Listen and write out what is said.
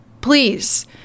please